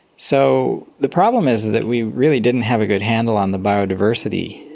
so the problem is that we really didn't have a good handle on the biodiversity,